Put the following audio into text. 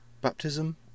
baptism